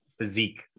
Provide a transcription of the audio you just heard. physique